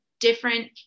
different